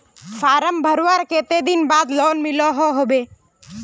Form भरवार कते दिन बाद लोन मिलोहो होबे?